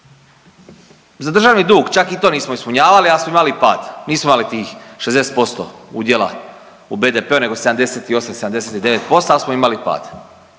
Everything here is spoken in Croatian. Za državni dug čak i to nismo ispunjavali, ali smo imali pad, nismo imali tih 60% udjela u BDP-u nego 78, 79% ali smo imali pad.